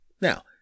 Now